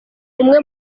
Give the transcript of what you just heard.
umwe